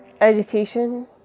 Education